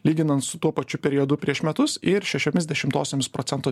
lyginan su tuo pačiu periodu prieš metus ir šešiomis dešimtosiomis procento